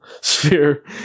sphere